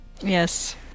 Yes